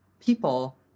people